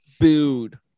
booed